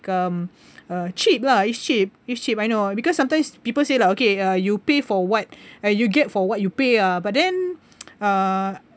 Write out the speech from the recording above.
um uh cheap lah it's cheap it's cheap I know because sometimes people say like okay uh you pay for what uh you get for what you pay ah but then uh